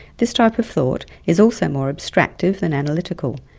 this type of thought is also more abstractive than analytical,